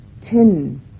ten